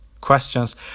questions